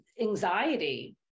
anxiety